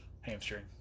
Hamstring